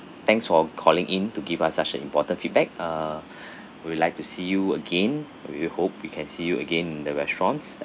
thanks for calling in to give us such an important feedback uh we would like to see you again we hope we can see you again in the restaurants